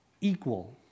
equal